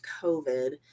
COVID